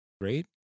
great